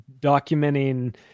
documenting